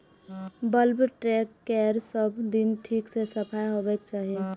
bulk tank केर सब दिन ठीक सं सफाइ होबाक चाही